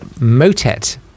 motet